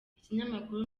ikinyamakuru